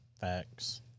Facts